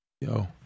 yo